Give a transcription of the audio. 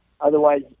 otherwise